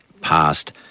past